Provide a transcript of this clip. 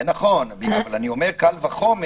זה נכון, אבל אני אומר קל וחומר